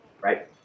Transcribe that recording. right